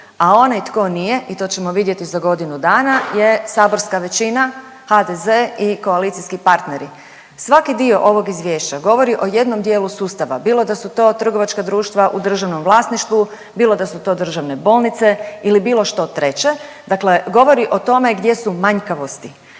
A onaj tko nije i to ćemo vidjeti za godinu dana je saborska većina, HDZ i koalicijski partneri. Svaki dio ovog izvješća govori o jednom dijelu sustava, bilo da su to trgovačka društva u državnom vlasništvu, bilo da su to državne bolnice ili bilo što treće, dakle govori o tome gdje su manjkavosti.